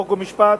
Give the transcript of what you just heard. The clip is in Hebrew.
חוק ומשפט,